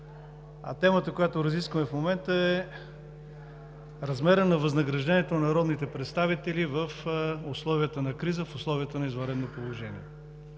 А темата, която разискваме в момента, е: размерът на възнаграждението на народните представители в условията на криза, в условията на извънредно положение.